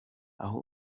aho